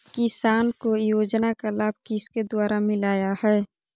किसान को योजना का लाभ किसके द्वारा मिलाया है?